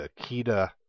akita